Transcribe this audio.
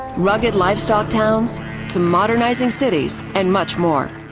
rugged livestock towns to modernizing cities and much more,